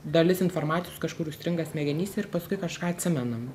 dalis informacijos kažkur užstringa smegenyse ir paskui kažką atsimenam